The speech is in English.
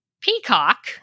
Peacock